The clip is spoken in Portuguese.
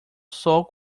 sol